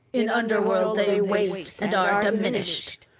in underworld they waste and are diminished,